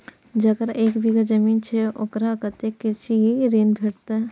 जकरा एक बिघा जमीन छै औकरा कतेक कृषि ऋण भेटत?